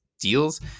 deals